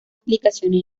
aplicaciones